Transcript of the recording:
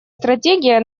стратегия